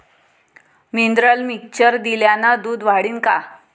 Mineral mixture दिल्यानं दूध वाढीनं का?